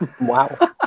wow